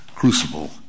Crucible